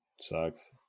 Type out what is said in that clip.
Sucks